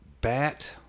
bat